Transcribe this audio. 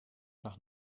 nach